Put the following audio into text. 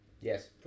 Yes